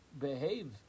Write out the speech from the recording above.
behave